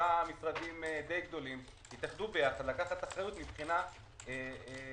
שלושה משרדים די גדולים יתאחדו ביחד לקחת אחריות מבחינת פיצויים